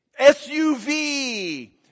SUV